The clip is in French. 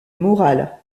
moral